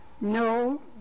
No